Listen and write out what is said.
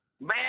man